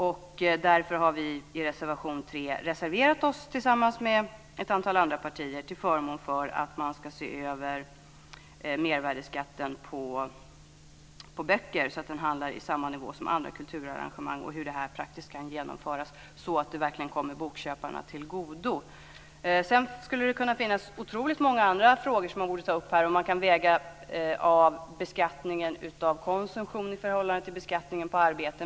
Vi har därför i reservation 3 reserverat oss tillsammans med ett antal andra partier till förmån för en översyn av mervärdesskatten på böcker, så att den hamnar på samma nivå som för andra kulturarrangemang, och hur en momssänkning praktiskt kan genomföras så att den verkligen kommer bokköparna till godo. Det skulle kunna finnas otroligt många andra frågor som man borde ta upp här, t.ex. om man kan väga av beskattningen av konsumtion i förhållande till beskattningen på arbete.